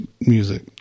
music